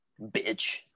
Bitch